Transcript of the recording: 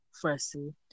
firstly